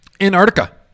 Antarctica